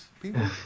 people